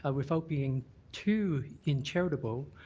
ah without being too incharitable,